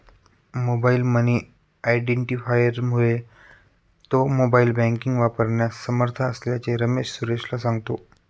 mobile money आयडेंटिफायरमुळे तो mobile banking वापरण्यास समर्थ असल्याचे रमेश सुरेशला सांगतो